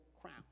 crown